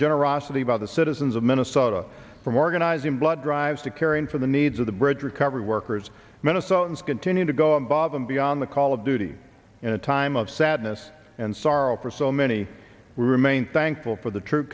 generosity about the citizens of minnesota from organizing blood drives to caring for the needs of the bridge recovery workers minnesotans continue to go above and beyond the call of duty in a time of sadness and sorrow for so many we remain thankful for the true